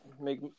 make